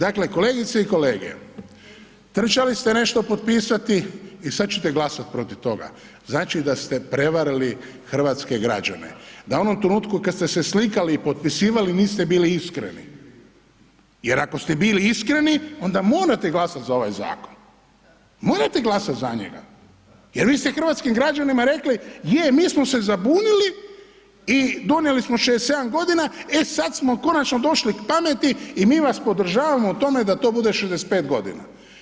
Dakle kolegice i kolege, trčali ste nešto potpisati i sada ćete glasat protiv toga, znači da ste prevarili hrvatske građane, da u onom trenutku kada ste slikali i potpisivali niste bili iskreni jer ako ste bili iskreni onda morate glasati za ovaj zakon, morate glasat za njega jer vi ste hrvatskim građanima rekli, je mi smo se zabunili i donijeli smo 67 godina, e sada smo konačno došli k pameti i mi vas podržavamo u tome da to bude 65 godina.